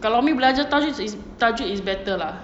kalau umi belajar tajwid is tajwid is better lah